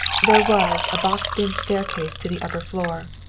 there was a boxed-in staircase to the upper floor,